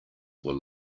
were